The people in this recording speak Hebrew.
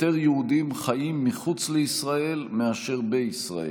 יותר יהודים חיים מחוץ לישראל מאשר בישראל,